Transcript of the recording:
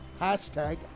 Hashtag